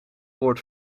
wordt